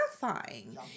terrifying